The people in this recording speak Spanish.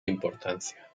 importancia